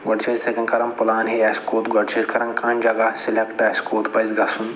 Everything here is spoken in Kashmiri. گۄڈٕ چھِ أسۍ یِتھَے کٔنۍ کران پٔلان ہے اَسہِ کوٚت گۄڈٕ چھِ أسۍ کران کانٛہہ جگہ سِلٮ۪کٹ آسہِ کوٚت پَزِ گژھُن